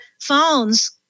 phones